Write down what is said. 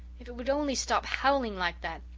if it would only stop howling like that!